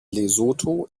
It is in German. lesotho